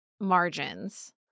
margins